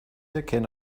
erkenne